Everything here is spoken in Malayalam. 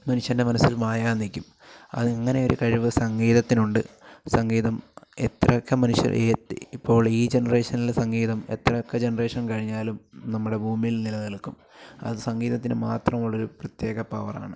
മനുഷ്യൻ്റെ മനസ്സിൽ മായാതെ നിൽക്കും അങ്ങനെ ഒരു കഴിവ് സംഗീതത്തിനുണ്ട് സംഗീതം എത്രയൊക്കെ മനുഷ്യരെ ഏത് ഇപ്പോൾ ഈ ജനറേഷനിലെ സംഗീതം എത്രയൊക്കെ ജനറേഷൻ കഴിഞ്ഞാലും നമ്മുടെ ഭൂമിയിൽ നിലനിൽക്കും അത് സംഗീതത്തിന് മാത്രമുള്ളൊരു പ്രത്യേക പവറാണ്